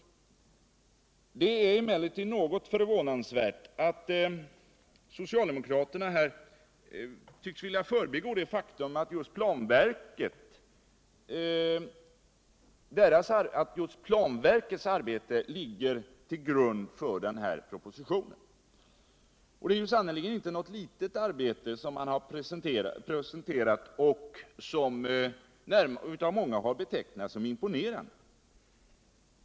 för befintlig bebyg Det är emellertid något förvånansvärt att socialdemokraterna tycks vilja förbigå det faktum att just planverkets arbete ligger till grund för den här propositionen. Och det är ju sannerligen inte något litet arbete som man har presenterat och som av många betecknats som imponerande.